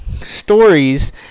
stories